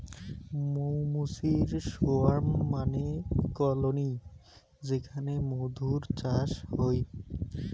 মৌ মুচির সোয়ার্ম মানে কলোনি যেখানে মধুর চাষ হই